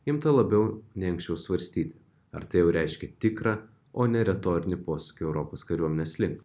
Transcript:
imta labiau nei anksčiau svarstyt ar tai jau reiškia tikrą o ne retorinį posūkį europos kariuomenės link